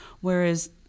whereas